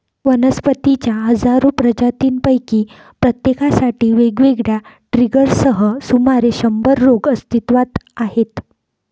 वनस्पतींच्या हजारो प्रजातींपैकी प्रत्येकासाठी वेगवेगळ्या ट्रिगर्ससह सुमारे शंभर रोग अस्तित्वात आहेत